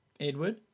Edward